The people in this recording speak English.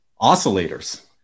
oscillators